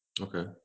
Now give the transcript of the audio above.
Okay